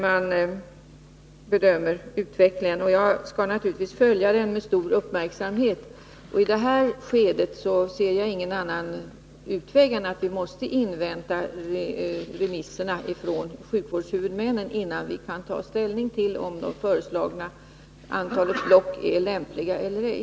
Jag skall givetvis följa utvecklingen med stor uppmärksamhet, men i detta skede ser jag ingen annan utväg för oss än att invänta remisserna från sjukvårdshuvudmännen innan vi tar ställning till om det föreslagna antalet block är lämpligt eller ej.